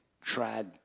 tried